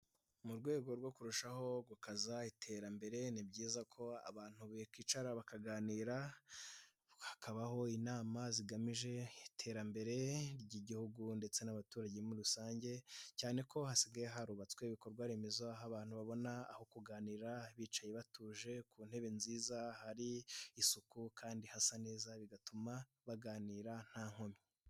Mu rwego rwo kurushaho gukaza iterambere ni byiza ko abantu bakicara bakaganira, hakabaho inama zigamije iterambere ry'igihugu ndetse n'abaturage muri rusange, cyane ko hasigaye harubatswe ibikorwa remezo aho abantu babona aho kuganira bicaye batuje, ku ntebe nziza hari isuku kandi hasa neza bigatuma baganira nta nkomyi.